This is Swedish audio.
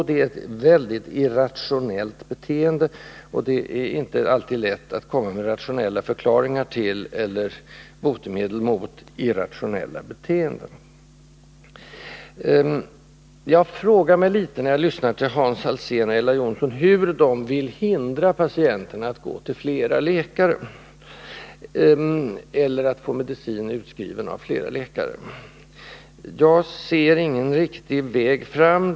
Det är ett mycket irrationellt beteende — och det är inte alltid lätt att komma med rationella förklaringar till eller botemedel mot irrationella beteenden. Jag frågade mig när jag lyssnade till Hans Alsén och Ella Johnsson, hur de vill hindra patienten att gå till flera läkare eller att få medicin utskriven av flera läkare. Jag ser ingen väg att gå fram på här.